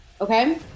Okay